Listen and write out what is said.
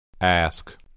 Ask